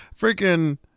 freaking